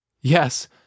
Yes